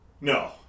No